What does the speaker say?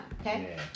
Okay